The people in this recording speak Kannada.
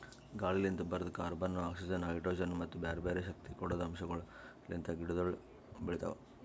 ಗಾಳಿಲಿಂತ್ ಬರದ್ ಕಾರ್ಬನ್, ಆಕ್ಸಿಜನ್, ಹೈಡ್ರೋಜನ್ ಮತ್ತ ಬ್ಯಾರೆ ಬ್ಯಾರೆ ಶಕ್ತಿ ಕೊಡದ್ ಅಂಶಗೊಳ್ ಲಿಂತ್ ಗಿಡಗೊಳ್ ಬೆಳಿತಾವ್